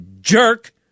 jerk